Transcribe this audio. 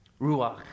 Ruach